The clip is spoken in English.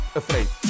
afraid